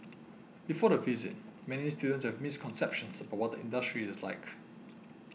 before the visit many students have misconceptions about what the industry is like